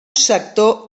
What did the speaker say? sector